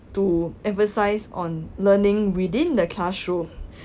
to emphasize on learning within the classroom